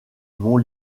mont